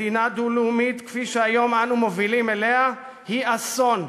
מדינה דו-לאומית כפי שהיום אנו מובילים אליה היא אסון,